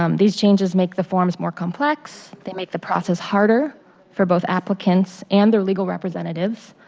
um these changes make the forms more complex, they make the process harder for both applicants and their legal representatives.